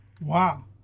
Wow